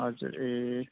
हजुर ए